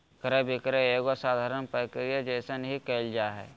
क्रय विक्रय एगो साधारण प्रक्रिया जइसन ही क़इल जा हइ